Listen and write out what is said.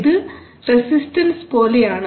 ഇത് റസിസ്റ്റൻസ് പോലെയാണ്